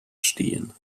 stehen